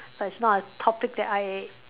but it's not a topic that I